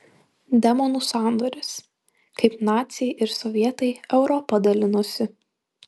demonų sandoris kaip naciai ir sovietai europą dalinosi